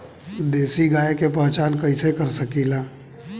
देशी गाय के पहचान कइसे कर सकीला?